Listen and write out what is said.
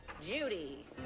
Judy